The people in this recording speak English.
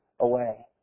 away